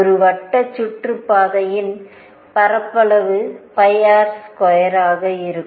ஒரு வட்ட சுற்றுப்பாதையின் பரப்பளவு R2 ஆக இருக்கும்